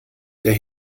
der